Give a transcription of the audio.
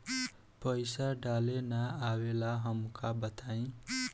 पईसा डाले ना आवेला हमका बताई?